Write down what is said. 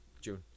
June